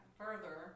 further